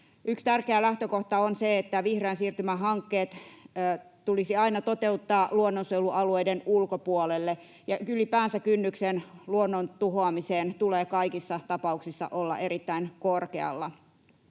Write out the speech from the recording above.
Yksi tärkeä lähtökohta on se, että vihreän siirtymän hankkeet tulisi aina toteuttaa luonnonsuojelualueiden ulkopuolella, ja ylipäänsä kynnyksen luonnon tuhoamiseen tulee kaikissa tapauksissa olla erittäin korkealla.